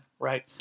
Right